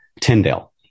Tyndale